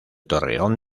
torreón